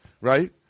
right